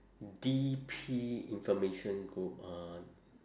D_P information group uh